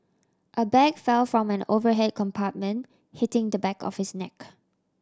a bag fell from an overhead compartment hitting the back of his neck